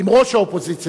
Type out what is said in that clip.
עם ראש האופוזיציה.